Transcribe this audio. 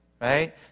right